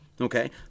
okay